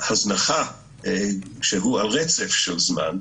הזנחה שהיא על רצף של זמן,